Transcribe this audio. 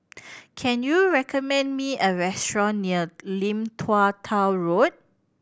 can you recommend me a restaurant near Lim Tua Tow Road